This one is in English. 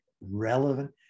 relevant